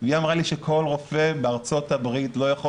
והיא אמרה לי שכל רופא בארצות ה ברית לא יכול